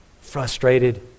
frustrated